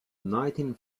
nineteen